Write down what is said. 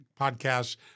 podcasts